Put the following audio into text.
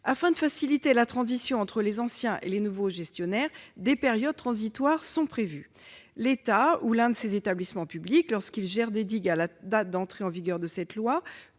Afin de faciliter la transition entre les anciens et les nouveaux gestionnaires, des périodes transitoires sont prévues. L'État ou l'un de ses établissements publics, lorsqu'il gère des digues à la date d'entrée en vigueur de la loi